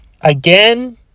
again